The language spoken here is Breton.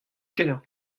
kenañ